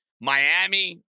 Miami